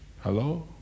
Hello